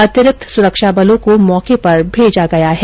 अतिरिक्त सुरक्षा बलों को मौके पर भेजा गया है